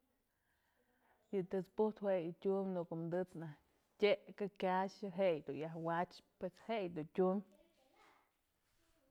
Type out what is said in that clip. Yë të'ëts pujtë jue yë tyum në ko'o tët's nak tyëkë kyaxë je'e yëdun yan wachëp pues je'e yë dun tyum.